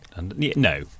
No